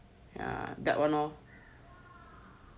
ya that lor